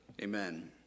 Amen